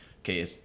okay